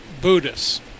Buddhists